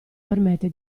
permette